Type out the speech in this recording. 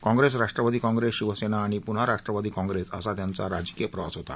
काँप्रेस राष्ट्रवादी काँप्रेस शिवसेना आणि पुन्हा राष्ट्रवादी काँप्रेस असा त्यांचा राजकीय प्रवास होता